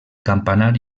campanar